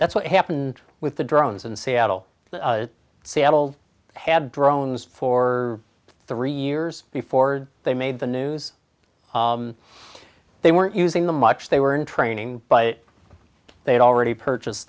that's what happened with the drones in seattle seattle had drones for three years before they made the news they weren't using the much they were in training but they'd already purchase